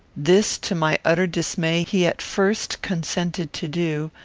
this, to my utter dismay, he at first consented to do,